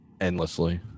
endlessly